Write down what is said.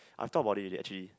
I thought about it actually